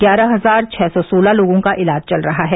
ग्यारह हजार छह सौ सोलह लोगों का इलाज चल रहा है